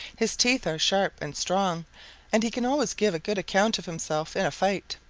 his teeth are sharp and strong and he can always give a good account of himself in a fight.